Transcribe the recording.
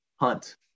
Hunt